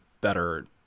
better